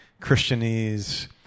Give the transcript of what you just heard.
Christianese